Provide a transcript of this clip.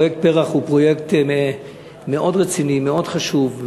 פרויקט פר"ח הוא פרויקט מאוד רציני ומאוד חשוב,